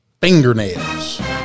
fingernails